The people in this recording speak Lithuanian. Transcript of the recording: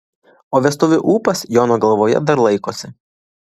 o vestuvių ūpas jono galvoje dar laikosi